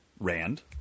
Rand